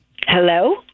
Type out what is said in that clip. Hello